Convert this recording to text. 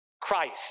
Christ